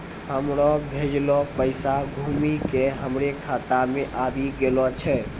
हमरो भेजलो पैसा घुमि के हमरे खाता मे आबि गेलो छै